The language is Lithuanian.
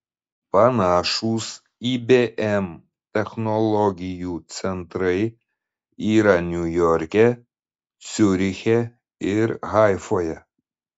panašūs ibm technologijų centrai yra niujorke ciuriche ir haifoje